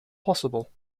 possible